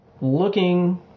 looking